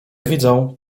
widzą